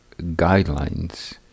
guidelines